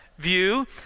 view